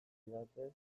didaten